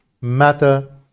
matter